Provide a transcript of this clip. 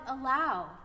allow